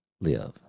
live